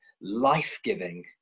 life-giving